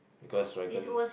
because dragon